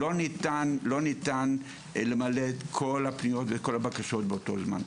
לא ניתן למלא את כל הפניות והבקשות באותו זמן.